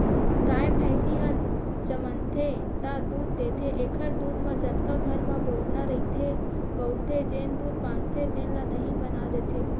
गाय, भइसी ह जमनथे त दूद देथे एखर दूद म जतका घर म बउरना रहिथे बउरथे, जेन दूद बाचथे तेन ल दही बना देथे